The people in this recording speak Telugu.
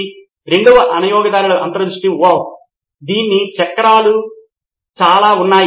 ఇది రెండవ వినియోగదారుల అంతర్దృష్టి ఓహ్ వావ్ దీనికి చక్రాలు చాలా ఉన్నాయి